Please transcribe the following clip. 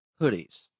hoodies